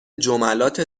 جملات